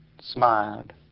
smiled